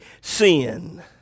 sin